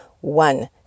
one